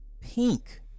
Pink